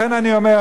לכן אני אומר,